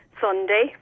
Sunday